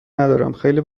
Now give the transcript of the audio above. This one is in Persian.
ندارم، خیلی